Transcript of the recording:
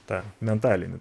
tą mentalinį